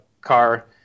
car